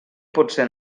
potser